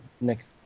Next